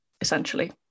essentially